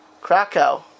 Krakow